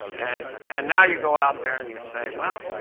and and now you go out there and you say, well,